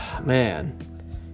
man